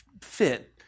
fit